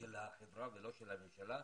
לא של החברה ולא של הממשלה.